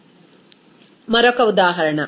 refer slide time మరొక ఉదాహరణ